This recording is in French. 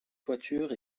toiture